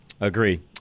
Agree